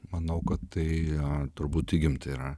manau kad tai turbūt įgimta yra